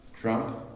Trump